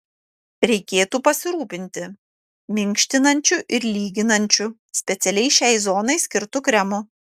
reikėtų pasirūpinti minkštinančiu ir lyginančiu specialiai šiai zonai skirtu kremu